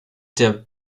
der